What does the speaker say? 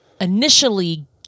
initially